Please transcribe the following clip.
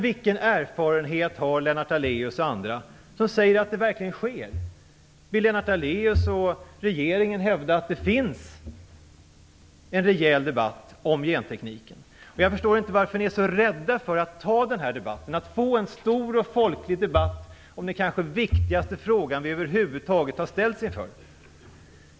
Vilken erfarenhet har Lennart Daléus och andra som visar att det verkligen sker? Vill Lennart Daléus och regeringen hävda att det finns en rejäl debatt om gentekniken? Jag förstår inte varför ni är så rädda för den här debatten. Det handlar om en stor och folklig debatt om den kanske viktigaste fråga som vi över huvud taget har ställts inför.